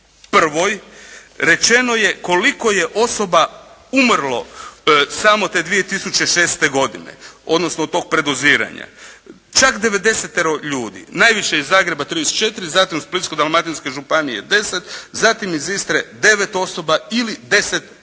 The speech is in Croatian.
21 rečeno je koliko je osoba umrlo samo te 2006. godine, odnosno od tog predoziranja. Čak 90-tero ljudi, najviše iz Zagreba 34, zatim Splitsko-dalmatinske županije 10, zatim iz Istre 9 osoba ili 10%.